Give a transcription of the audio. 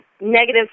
negative